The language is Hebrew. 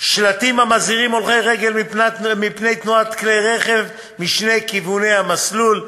שלטים המזהירים הולכי רגל מפני תנועת כלי רכב משני כיווני המסלול.